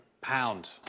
Pound